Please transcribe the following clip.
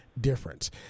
difference